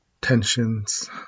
tensions